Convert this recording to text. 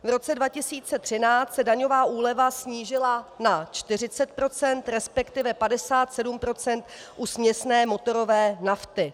V roce 2013 se daňová úleva snížila na 40 %, respektive 57 % u směsné motorové nafty.